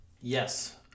Yes